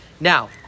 Now